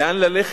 לאן ללכת.